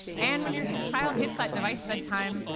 and when your child hits that device bedtime,